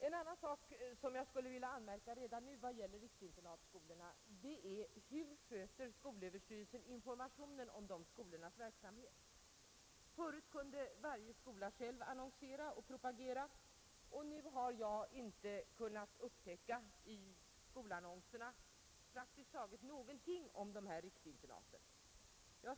En annan sak som jag vill anmärka på redan nu i vad gäller riksinternatskolorna är denna: Hur sköter skolöverstyrelsen informationen om dessa skolors verksamhet? Förut kunde varje skola själv annonsera och propagera, men nu har jag inte kunnat upptäcka bland skolannonserna praktiskt taget någonting om riksinternaten.